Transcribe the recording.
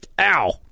Ow